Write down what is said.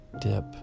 dip